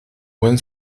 buen